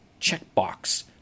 checkbox